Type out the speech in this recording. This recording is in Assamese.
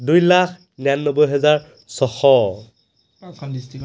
দুই লাখ নিৰান্নব্বৈ হেজাৰ ছয়শ